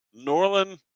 Norlin